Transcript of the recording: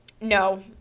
no